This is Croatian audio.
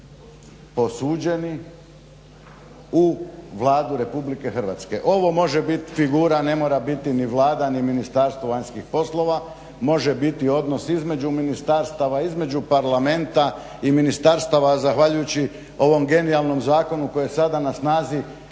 posuđeni u Vladu Republike Hrvatske. Ovo može biti figura, ne mora biti ni Vlada, ni Ministarstva vanjskih poslova, može biti odnos između ministarstava, između Parlamenta i ministarstava. Zahvaljujući ovom genijalnom zakonu koji je sada na snazi,